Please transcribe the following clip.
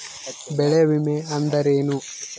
ಬೆಳೆ ವಿಮೆ ಅಂದರೇನು?